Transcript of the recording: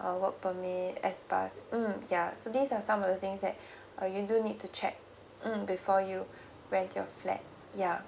uh work permit pass mm yeah so these are some of the things that uh you do need to check mm before you rent your flat yeah